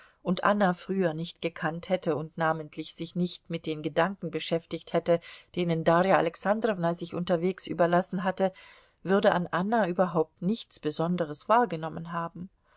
und anna früher nicht gekannt hätte und namentlich sich nicht mit den gedanken beschäftigt hätte denen darja alexandrowna sich unterwegs überlassen hatte würde an anna überhaupt nichts besonderes wahrgenommen haben